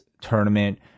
tournament